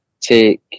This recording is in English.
take